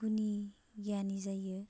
गुनि गियानि जायो